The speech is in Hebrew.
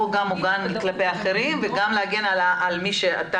גם מוגן כלפי אחרים וגם להגן ל מי שאתה